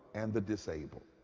and the disabled.